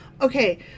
Okay